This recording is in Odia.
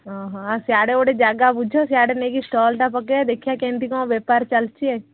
ଅ ହଁ ଆଉ ସିଆଡ଼େ ଗୋଟେ ଜାଗା ବୁଝ ସିଆଡ଼େ ନେଇକି ଷ୍ଟଲଟା ପକେଇବା ଦେଖିବା କେମିତି କ'ଣ ବେପାର ଚାଲିବ